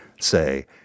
say